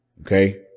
Okay